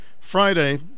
Friday